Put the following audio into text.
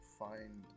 find